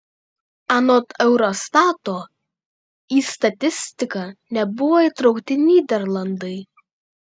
anot eurostato į statistiką nebuvo įtraukti nyderlandai